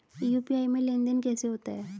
UPI में लेनदेन कैसे होता है?